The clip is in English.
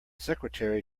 secretary